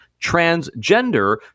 transgender